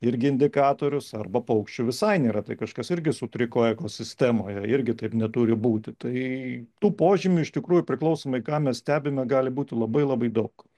irgi indikatorius arba paukščių visai nėra tai kažkas irgi sutriko ekosistemoje irgi taip neturi būti tai tų požymių iš tikrųjų priklausomai ką mes stebime gali būti labai labai daug